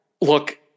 look